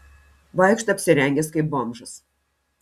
vaikšto apsirengęs kaip bomžas